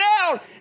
out